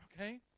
Okay